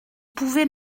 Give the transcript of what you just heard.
pouvez